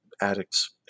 addicts